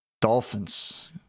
dolphins